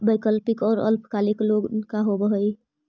वैकल्पिक और अल्पकालिक लोन का होव हइ?